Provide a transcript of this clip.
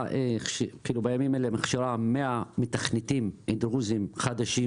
בימים אלה העמותה מכשירה 100 מתכנתים דרוזים חדשים